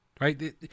Right